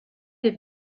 des